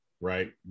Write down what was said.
right